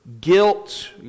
guilt